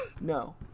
No